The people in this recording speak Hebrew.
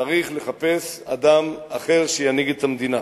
צריך לחפש אדם אחר שינהיג את המדינה.